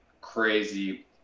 crazy